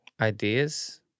ideas